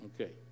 Okay